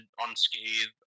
unscathed